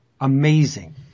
amazing